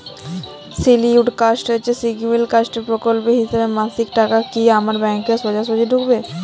Scheduled caste প্রকল্পের হিসেবে মাসিক টাকা কি আমার ব্যাংকে সোজাসুজি ঢুকবে?